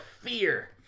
fear